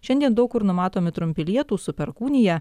šiandien daug kur numatomi trumpi lietūs su perkūnija